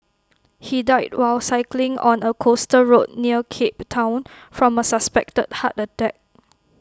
he died while cycling on A coastal road near cape Town from A suspected heart attack